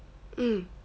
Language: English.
mm